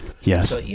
Yes